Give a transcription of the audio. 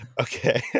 okay